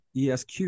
esq